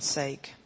sake